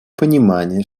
понимание